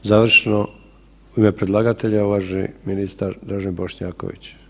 Završno u ime predlagatelja uvaženi ministar Dražen Bošnjaković.